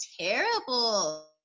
terrible